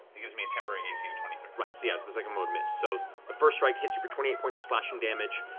it gives me a temporary ac of twenty three. matt right, so yeah the second one would miss. so the first strike hits you for twenty eight points of slashing damage,